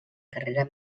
carrera